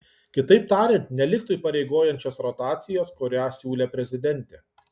kitaip tariant neliktų įpareigojančios rotacijos kurią siūlė prezidentė